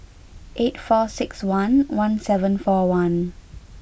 eight four six one one seven four one